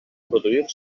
produir